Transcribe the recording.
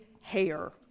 hair